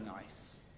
nice